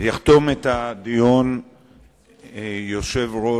יחתום את הדיון יושב-ראש